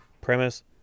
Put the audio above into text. premise